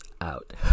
out